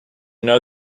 know